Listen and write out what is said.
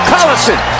Collison